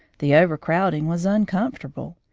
the overcrowding was uncomfortable,